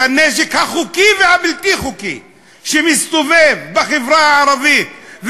של הנשק החוקי והבלתי-חוקי שמסתובב בחברה הערבית,